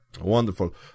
Wonderful